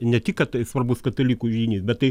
ne tik kad svarbus katalikų žiniai bet tai